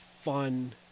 fun